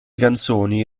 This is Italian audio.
canzoni